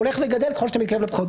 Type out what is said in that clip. הוא הולך וגדל ככל שאתה מתקרב לבחירות,